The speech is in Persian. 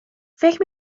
فکر